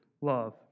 love